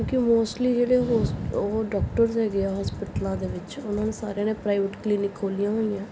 ਕਿਉਂਕਿ ਮੋਸਟਲੀ ਜਿਹੜੇ ਹੋਸ ਉਹ ਡਾਕਟਰਸ ਹੈਗੇ ਆ ਹੌਸਪਿਟਲਾਂ ਦੇ ਵਿੱਚ ਉਹਨਾਂ ਨੇ ਸਾਰਿਆਂ ਨੇ ਪ੍ਰਾਈਵੇਟ ਕਲੀਨਿਕ ਖੋਲ੍ਹੀਆਂ ਹੋਈਆਂ